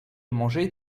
manger